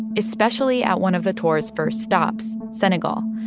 especially at one of the tour's first stops, senegal,